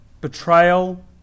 betrayal